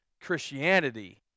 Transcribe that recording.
Christianity